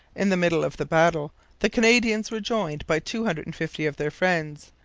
in the middle of the battle the canadians were joined by two hundred and fifty of their friends,